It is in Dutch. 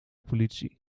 politie